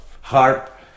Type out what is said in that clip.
harp